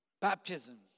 Baptism